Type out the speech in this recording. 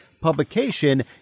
publication